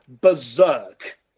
berserk